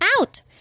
out